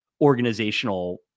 organizational